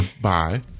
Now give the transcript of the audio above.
bye